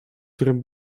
którym